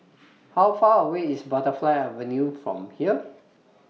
How Far away IS Butterfly Avenue from here